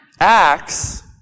Acts